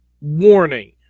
warning